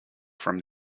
from